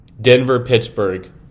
Denver-Pittsburgh